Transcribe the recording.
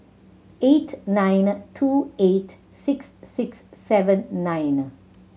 eight nine two eight six six seven nine